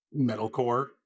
metalcore